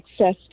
access